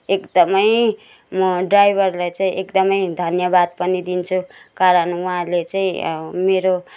एकदमै म ड्राइभरलाई चाहिँ एकदमै धन्यवाद पनि दिन्छु कारण उहाँले चाहिँ मेरो